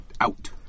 out